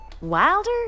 Wilder